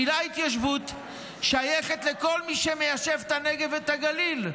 המילה "התיישבות" שייכת לכל מי שמיישב את הנגב ואת הגליל,